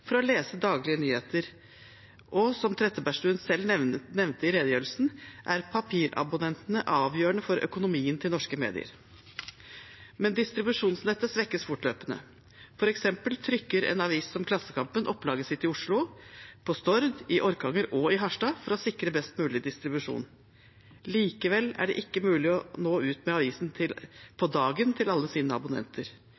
for å lese daglige nyheter. Som statsråd Trettebergstuen selv nevnte i redegjørelsen, er papirabonnentene avgjørende for økonomien til norske medier, men distribusjonsnettet svekkes fortløpende. For eksempel trykker en avis som Klassekampen opplaget sitt i Oslo, på Stord, i Orkanger og i Harstad for å sikre best mulig distribusjon. Likevel er det ikke mulig å nå ut med avisen på dagen til